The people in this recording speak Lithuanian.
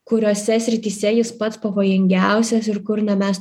kuriose srityse jis pats pavojingiausias ir kur na mes